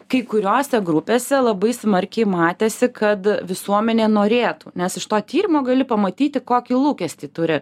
kai kuriose grupėse labai smarkiai matėsi kad visuomenė norėtų nes to tyrimo gali pamatyti kokį lūkestį turi